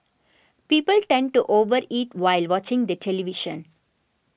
people tend to over eat while watching the television